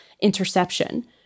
interception